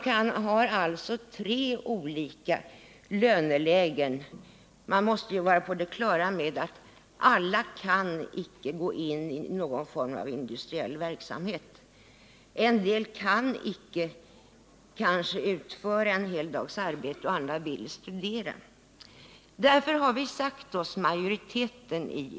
Man har föreslagit tre olika lönelägen. Vi måste vara på det klara med att alla icke kan gå in i någon form av industriell verksamhet. En del kan kanske icke utföra en hel dags arbete, och andra vill kanske studera. Därför behövs olika ersättningsnormer.